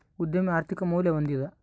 ಉದ್ಯಮಿ ಆರ್ಥಿಕ ಮೌಲ್ಯ ಹೊಂದಿದ